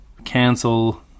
cancel